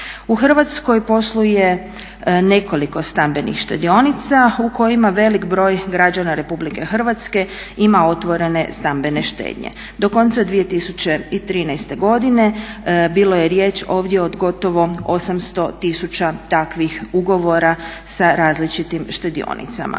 U Hrvatskoj posluje nekoliko stambenih štedionica u kojima velik broj građana Republike Hrvatske ima otvorene stambene štednje. Do konca 2013. godine bilo je riječi ovdje od gotovo 800 000 takvih ugovora sa različitim štedionicama.